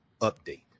update